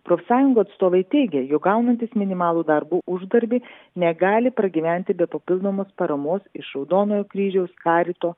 profsąjungų atstovai teigė jog gaunantys minimalų darbo uždarbį negali pragyventi be papildomos paramos iš raudonojo kryžiaus carito